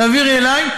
תעבירי אלי,